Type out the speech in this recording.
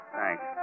Thanks